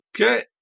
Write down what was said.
Okay